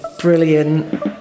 Brilliant